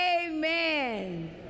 Amen